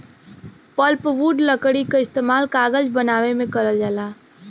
pulpwood लकड़ी क इस्तेमाल कागज बनावे में करल जाला